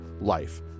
life